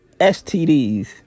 STDs